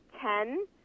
ten